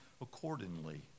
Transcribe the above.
accordingly